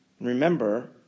Remember